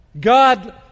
God